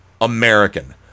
American